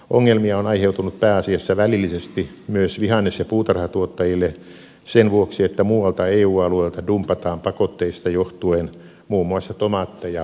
ongelmia on aiheutunut pääasiassa välillisesti myös vihannes ja puutarhatuottajille sen vuoksi että muualta eu alueelta dumpataan pakotteista johtuen muun muassa tomaatteja suomen markkinoille